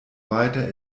weiter